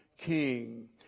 king